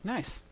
Nice